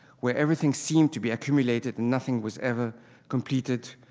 where everything seemed to be accumulated, nothing was ever completed,